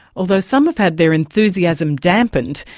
although some have had their enthusiasm dampened,